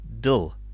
Dull